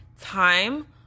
time